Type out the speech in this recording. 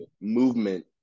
movement